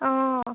অঁ